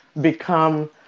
become